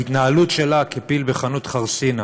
ההתנהלות שלה כפיל בחנות חרסינה,